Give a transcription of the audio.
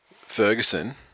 Ferguson